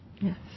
Yes